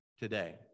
today